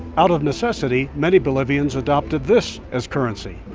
out of necessity, many bolivians adopted this as currency.